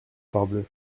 parbleu